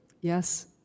yes